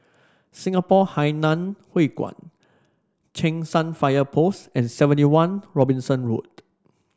Singapore Hainan Hwee Kuan Cheng San Fire Post and Seventy One Robinson Road